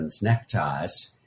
neckties